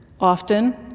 often